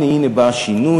הנה הנה בא שינוי,